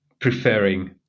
preferring